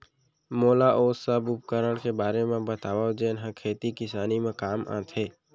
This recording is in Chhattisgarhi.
मोला ओ सब उपकरण के बारे म बतावव जेन ह खेती किसानी म काम आथे?